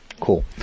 cool